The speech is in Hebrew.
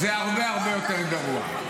זה הרבה הרבה יותר גרוע.